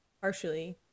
partially